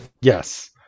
Yes